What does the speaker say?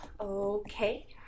Okay